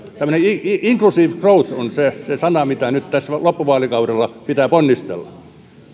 tämmöinen inc usive growth on se se sana minkä eteen nyt tässä loppuvaalikaudella pitää ponnistella